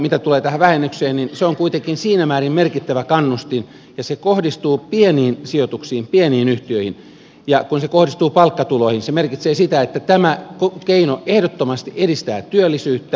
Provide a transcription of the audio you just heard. mitä tulee tähän vähennykseen niin se on kuitenkin siinä määrin merkittävä kannustin ja se kohdistuu pieniin sijoituksiin pieniin yhtiöihin ja kun se kohdistuu palkkatuloihin se merkitsee sitä että tämä keino ehdottomasti edistää työllisyyttä